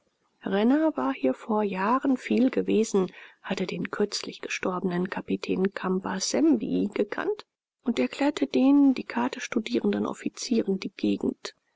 renner war hier vor jahren viel gewesen hatte den kürzlich gestorbenen kapitän kambasembi gekannt und erklärte den die karte studierenden offizieren die gegend